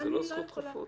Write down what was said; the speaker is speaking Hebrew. זה לא זכות חפות?